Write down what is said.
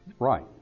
Right